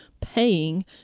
paying